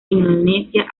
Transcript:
indonesia